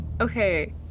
Okay